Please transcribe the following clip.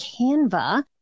Canva